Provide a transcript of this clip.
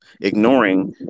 ignoring